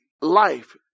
life